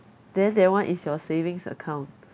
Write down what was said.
then that one is your savings account